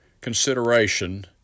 consideration